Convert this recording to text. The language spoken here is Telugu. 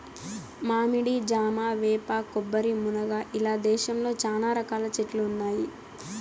మామిడి, జామ, వేప, కొబ్బరి, మునగ ఇలా దేశంలో చానా రకాల చెట్లు ఉన్నాయి